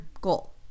goal